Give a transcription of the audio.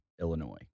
Illinois